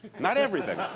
not everything,